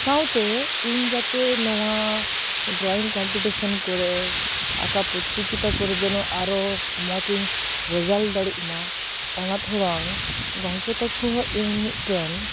ᱥᱟᱶᱛᱮ ᱤᱧ ᱡᱟᱛᱮ ᱱᱚᱣᱟ ᱰᱨᱚᱭᱤᱝ ᱠᱚᱢᱯᱤᱴᱤᱥᱮᱱ ᱠᱚᱨᱮ ᱟᱠᱟ ᱯᱚᱛᱤ ᱡᱳᱜᱤᱛᱟ ᱠᱚᱨᱮ ᱡᱮᱱᱚ ᱟᱨᱚ ᱢᱚᱡᱽ ᱤᱧ ᱨᱮᱡᱟᱞᱴ ᱫᱟᱲᱮᱜ ᱢᱟ ᱚᱱᱟ ᱛᱮᱲᱚᱝ ᱜᱚᱢᱠᱮ ᱛᱟᱠᱚ ᱦᱚᱸ ᱤᱧ ᱢᱤᱫᱴᱮᱱ